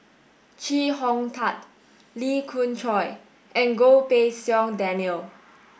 Chee Hong Tat Lee Khoon Choy and Goh Pei Siong Daniel